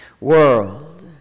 world